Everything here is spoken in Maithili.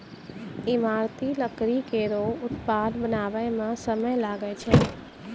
ईमारती लकड़ी केरो उत्पाद बनावै म समय लागै छै